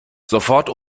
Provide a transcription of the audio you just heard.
sofort